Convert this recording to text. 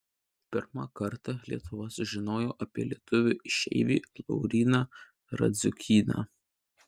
pirmą kartą lietuva sužinojo apie lietuvį išeivį lauryną radziukyną